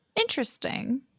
Interesting